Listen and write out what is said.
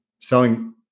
selling